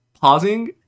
pausing